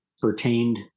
pertained